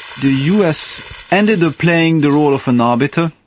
the us ended up playing the role of an arbiter,